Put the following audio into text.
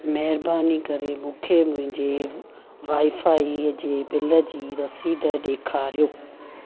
महिरबानी करे मूंखे मुंहिंजे वाई फाई जे बिल जी रसीद ॾेखारियो